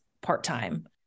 part-time